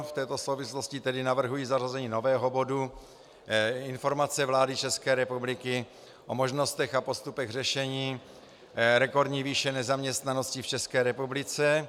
V této souvislosti tedy navrhuji zařazení nového bodu Informace vlády České republiky o možnostech a postupech řešení rekordní výše nezaměstnanosti v České republice.